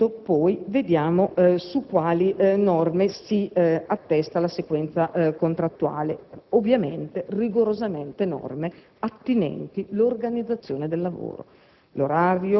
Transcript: Nel merito, vediamo poi su quali norme si attesta la sequenza contrattuale, ovviamente norme rigorosamente attinenti alla organizzazione del lavoro: